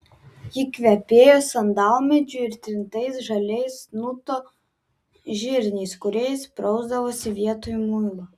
ji kvepėjo sandalmedžiu ir trintais žaliais nu to žirniais kuriais prausdavosi vietoj muilo